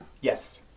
Yes